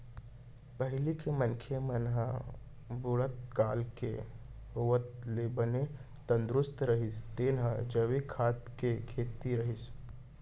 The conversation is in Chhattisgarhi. पहिली के मनसे मन ह बुढ़त काल के होवत ले बने तंदरूस्त रहें तेन ह जैविक खाना के सेती रहिस